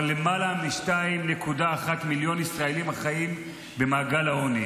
למעלה מ-2.1 מיליון ישראלים החיים במעגל העוני.